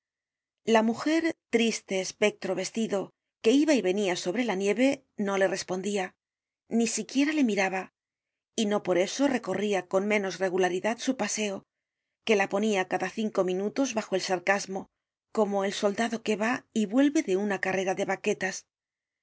la mujer triste espectro vestido que iba y venia sobre la nieve no le respondia ni siquiera le miraba y no por eso recorria con menos regularidad su paseo que la ponia cada cinco minutos bajo el sarcasmo como el soldado que va y vuelve en una carrera de baquetas